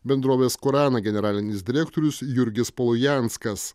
bendrovės kurana generalinis direktorius jurgis polujanskas